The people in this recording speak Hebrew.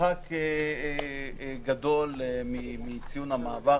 מרחק גדול מציון המעבר,